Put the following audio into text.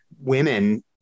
women